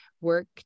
work